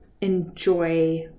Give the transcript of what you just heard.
enjoy